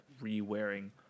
re-wearing